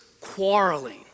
quarreling